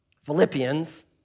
Philippians